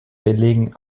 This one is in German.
belegen